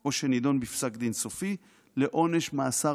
או שנידון בפסק דין סופי לעונש מאסר